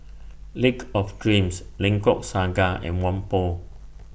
Lake of Dreams Lengkok Saga and Whampoa